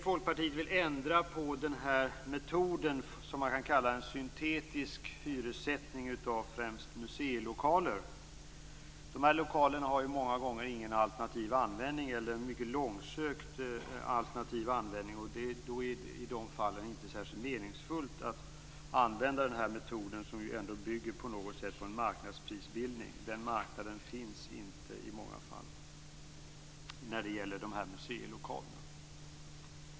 Folkpartiet vill ändra på den metod som man kan kalla en syntetisk hyressättning av främst museilokaler. Dessa lokaler har ju många gånger ingen alternativ användning eller en mycket långsökt alternativ användning. I de fallen är det inte särskilt meningsfullt att använda den här metoden som på något sätt bygger på en marknadsprisbildning. Den marknaden finns inte i många fall när det gäller dessa museilokaler.